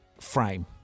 frame